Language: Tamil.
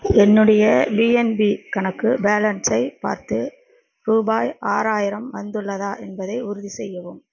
என்னுடைய பிஎன்பி கணக்கு பேலன்ஸை பார்த்து ரூபாய் ஆறாயிரம் வந்துள்ளதா என்பதை உறுதிச்செய்யவும்